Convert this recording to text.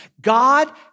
God